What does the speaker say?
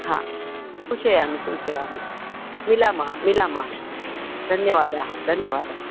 हा सूचयामि सूचयामि मिलामः मिलामः धन्यवादः धन्यवादः